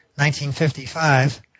1955